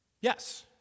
Yes